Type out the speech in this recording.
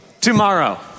tomorrow